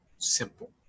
Simple